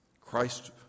Christ